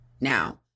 Now